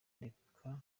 reka